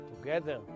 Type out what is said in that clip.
together